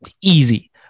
easy